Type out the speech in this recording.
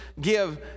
give